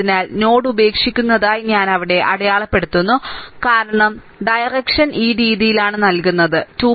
അതിനാൽ നോഡ് ഉപേക്ഷിക്കുന്നതായി ഞാൻ ഇവിടെ അടയാളപ്പെടുത്തുന്നു കാരണം ദിശ ഈ രീതിയിലാണ് നൽകുന്നത് 2